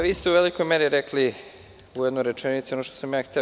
Vi ste u velikoj meri rekli u jednoj rečenici ono što sam ja hteo.